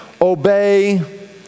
obey